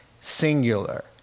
singular